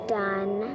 done